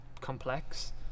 complex